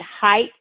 height